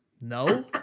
no